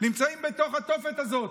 נמצאים בתוך התופת הזאת,